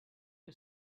que